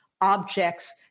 objects